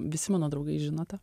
visi mano draugai žino tą